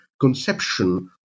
conception